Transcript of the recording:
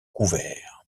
couvert